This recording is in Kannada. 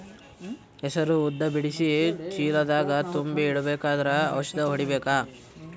ಹೆಸರು ಉದ್ದ ಬಿಡಿಸಿ ಚೀಲ ದಾಗ್ ತುಂಬಿ ಇಡ್ಬೇಕಾದ್ರ ಔಷದ ಹೊಡಿಬೇಕ?